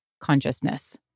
consciousness